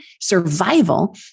survival